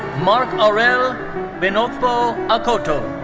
marc-aurele gbenoukpo akoto.